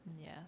Yes